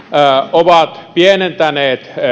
ovat pienentäneet